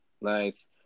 nice